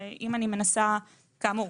כאמור,